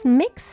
mix